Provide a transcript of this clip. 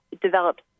developed